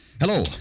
Hello